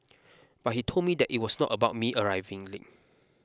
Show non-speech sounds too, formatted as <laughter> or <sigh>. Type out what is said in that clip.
but he told me that it was not about me arriving <unintelligible>